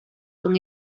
son